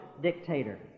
dictator